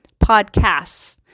Podcasts